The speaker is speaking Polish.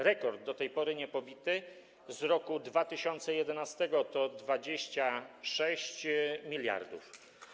Rekord do tej pory niepobity, z roku 2011, to 26 mld.